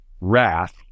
wrath